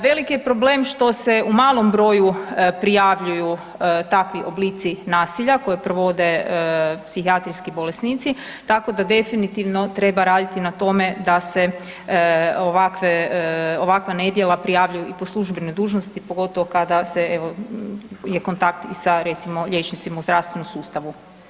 Velik je problem što se u malom broju prijavljuju takvi oblici nasilja koje provode psihijatrijski bolesnici tako da definitivno treba raditi na tome da se ovakve, ovakva nedjela prijavljuju i po službenoj dužnosti pogotovo kada se evo je kontakt i sa recimo liječnicima u zdravstvenom sustavu.